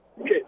Okay